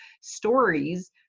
stories